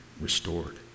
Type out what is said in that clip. restored